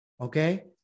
Okay